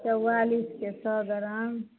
चौआलिस के सए ग्राम